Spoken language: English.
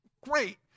great